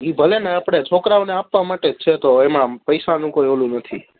એ ભલે ને આપણે છોકરાઓને આપવા માટે જ છે તો એમાં પૈસાનું કોઈ ઓલું નથી